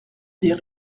des